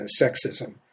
sexism